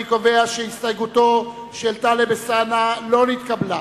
אני קובע שהסתייגותו של טלב אלסאנע לא נתקבלה.